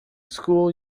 school